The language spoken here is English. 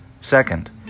Second